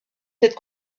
cette